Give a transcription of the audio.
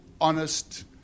honest